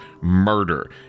murder